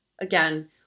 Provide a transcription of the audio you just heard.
Again